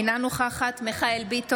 אינה נוכחת מיכאל מרדכי ביטון,